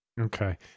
Okay